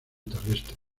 terrestre